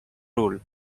rule